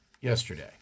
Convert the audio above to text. yesterday